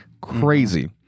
Crazy